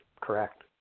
correct